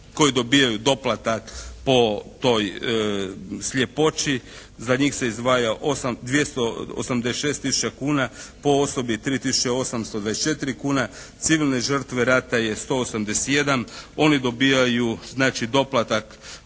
koji dobijaju doplatak po toj sljepoći. Za njih se izdvaja 286 tisuća kuna, po osobi 3 tisuće 824 kune. Civilne žrtve rata je 181. Oni dobijaju znači doplatak